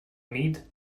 meet